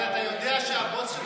הרי אתה יודע שהבוס שלך,